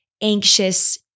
anxious